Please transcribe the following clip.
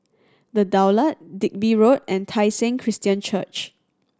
The Daulat Digby Road and Tai Seng Christian Church